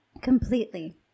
Completely